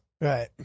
Right